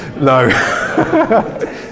No